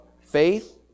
Faith